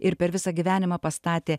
ir per visą gyvenimą pastatė